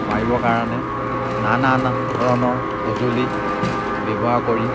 মাৰিবৰ কাৰণে নানা না ধৰণৰ সঁজুলি ব্যৱহাৰ কৰি